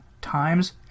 times